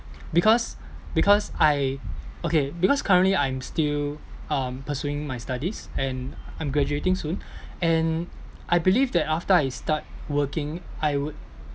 because because I okay because currently I'm still um pursuing my studies and I'm graduating soon and I believe that after I start working I would